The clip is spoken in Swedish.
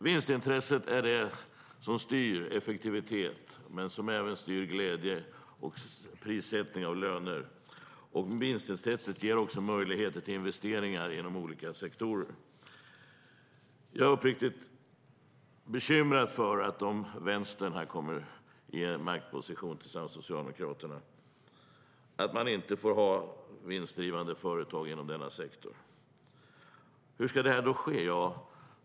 Vinstintresset styr effektiviteten men styr även glädje, prissättning och löner. Vinstintresset ger möjligheter till investeringar inom olika sektorer. Jag är uppriktigt bekymrad för att man inte kommer att få ha vinstdrivande företag inom denna sektor om Vänstern kommer i maktposition tillsammans med Socialdemokraterna. Hur ska då detta ske?